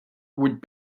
would